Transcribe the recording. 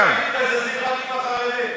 בפוליטיקה זזים עם החרדים.